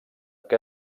que